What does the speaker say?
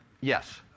Yes